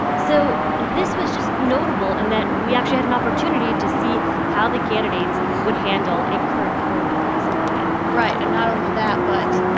so this was just notable in and that we actually had an opportunity to see how the candidates would handle a current foreign policy moment right. and not only that, but,